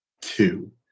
two